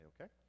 okay